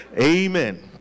Amen